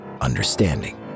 understanding